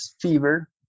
fever